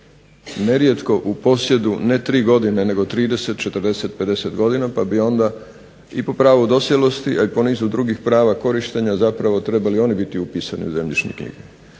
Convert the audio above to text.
nerijetko u posjedu ne tri godine, nego 30, 40, 50 godina pa bi onda i po pravo dosjelosti a i po nizu drugih prava korištenja zapravo trebali oni biti upisani u zemljišne knjige.